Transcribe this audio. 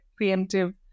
preemptive